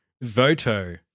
Voto